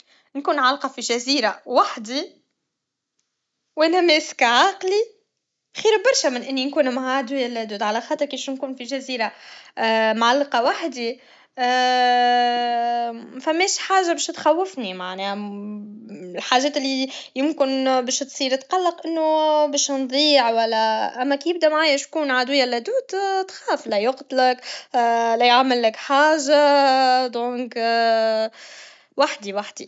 نكون عالقه في جزيره وحدي و انا ماسكه عقلي خير برشه من نكون مع عدويا الدود على خاطر كيف نكون في جزيره معلقه وحدي مثماش حاجه باه تخوفني معناه الحاجات لي يمكن باش تصير نتقلق انو باش نضيع و لا اما كي يكون معايا عدويا اللدود تخاف يلا يقتلك يلا يعملك حاجه دونك وحدي وحدي